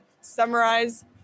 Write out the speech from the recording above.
summarize